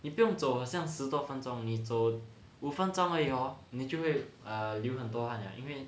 你不用走像十多分钟你走五分钟而已 hor 你就会流很多汗的因为